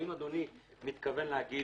האם אדוני מתכוון להוריד